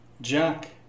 Jack